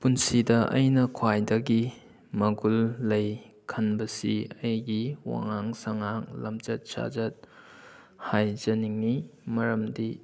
ꯄꯨꯟꯁꯤꯗ ꯑꯩꯅ ꯈ꯭ꯋꯥꯏꯗꯒꯤ ꯃꯒꯨꯜ ꯂꯩ ꯈꯟꯕꯁꯤ ꯑꯩꯒꯤ ꯋꯥꯉꯥꯡ ꯁꯥꯉꯥꯡ ꯂꯝꯆꯠ ꯁꯥꯖꯠ ꯍꯥꯏꯖꯅꯤꯡꯉꯤ ꯃꯔꯝꯗꯤ